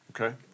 okay